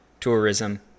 tourism